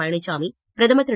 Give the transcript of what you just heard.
பழனிச்சாமி பிரதமர் திரு